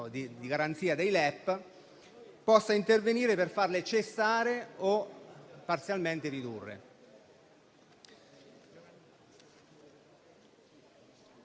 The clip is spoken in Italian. garanzie dei LEP, può intervenire per farle cessare o parzialmente ridurre.